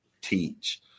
teach